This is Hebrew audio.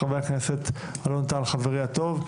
חבר הכנסת אלון טל חברי הטוב,